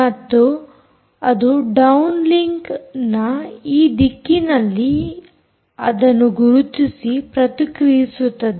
ಹಾಗೂ ಅದು ಡೌನ್ ಲಿಂಕ್ನ ಈ ದಿಕ್ಕಿನಲ್ಲಿ ಅದನ್ನು ಗುರುತಿಸಿ ಪ್ರತಿಕ್ರಿಯಿಸುತ್ತದೆ